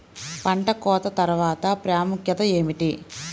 పంట కోత తర్వాత ప్రాముఖ్యత ఏమిటీ?